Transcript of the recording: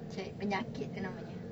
cari penyakit tu namanya